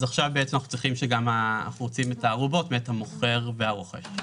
עכשיו אנחנו רוצים את הערובות מאת המוכר והרוכש.